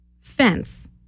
fence